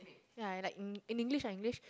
ya like in English ah English